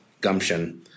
Gumption